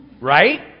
Right